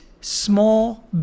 Small